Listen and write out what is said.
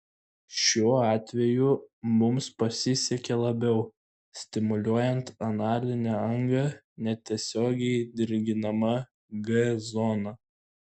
šiuo atveju mums pasisekė labiau stimuliuojant analinę angą netiesiogiai dirginama g zona